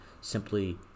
simply